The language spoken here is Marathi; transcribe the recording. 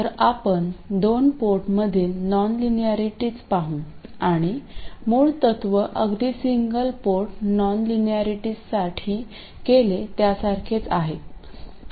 तर आपण दोन पोर्टमधील नॉनलाईनॅरिटीज पाहू आणि मूळ तत्व अगदी सिंगल पोर्ट नॉनलाईनॅरिटीजसाठी केले त्यासारखेच आहे